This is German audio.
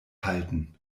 halten